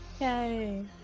Yay